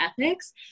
ethics